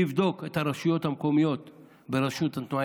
לבדוק את הרשויות המקומיות בראשות התנועה